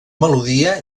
melodia